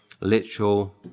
literal